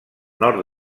nord